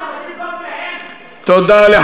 רבותי, תודה.